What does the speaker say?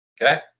Okay